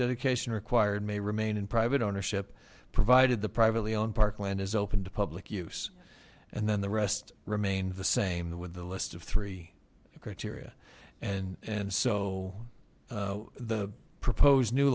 dedication required may remain in private ownership provided the privately owned parkland is open to public use and then the rest remain the same the with a list of three criteria and so the proposed new